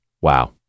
Wow